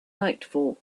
nightfall